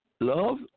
love